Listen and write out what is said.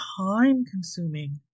time-consuming